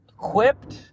equipped